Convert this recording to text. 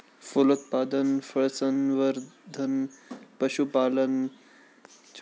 फलोत्पादन, फळसंवर्धन, पशुपालन, मत्स्यपालन, रेशीमपालन, व्हिटिकल्चर, गांडूळ, इत्यादी शेतीचे प्रकार मानतात